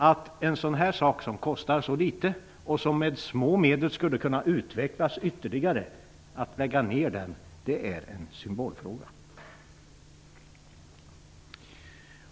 Att lägga ned en sådan delegation som kostar så litet, och som med små medel skulle kunna utvecklas ytterligare, är en symbolfråga.